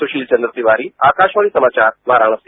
सुराील चन्द्र तिवारी आकासवाणी समाचार वाराणसी